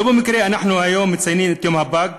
לא במקרה אנחנו היום מציינים את יום הפג,